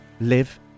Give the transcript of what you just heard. live